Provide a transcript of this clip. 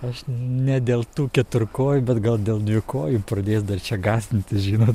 aš ne dėl tų keturkojų bet gal dėl dvikojų pradės dar čia gąsdintis žinot